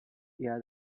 yeah